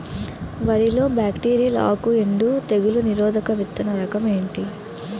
వరి లో బ్యాక్టీరియల్ ఆకు ఎండు తెగులు నిరోధక విత్తన రకం ఏంటి?